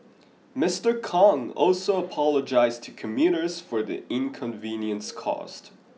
Mister Kong also apologised to commuters for the inconvenience caused